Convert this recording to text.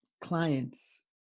clients